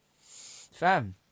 Fam